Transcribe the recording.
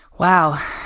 Wow